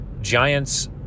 Giants